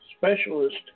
Specialist